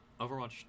Overwatch